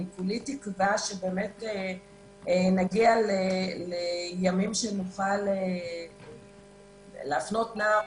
אני כולי תקווה שנגיע לימים שנוכל להפנות נער